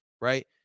right